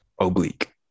Oblique